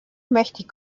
mächtig